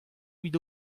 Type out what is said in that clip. evit